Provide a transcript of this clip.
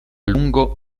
lungo